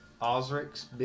Osric's